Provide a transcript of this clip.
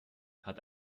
hat